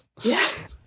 yes